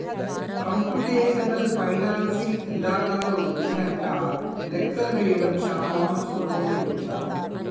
computational financing ఇదానాలు వచ్చినంక లెక్కలు వేయడం చానా సులభమైపోనాది